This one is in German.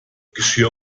geschirr